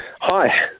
Hi